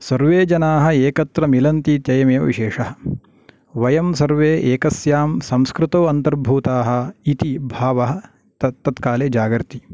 सर्वे जनाः एकत्र मिलन्ति इत्ययमेव विशेषः वयं सर्वे एकस्यां संस्कृतौ अन्तर्भूताः इति भावः तत्तत्काले जागर्ति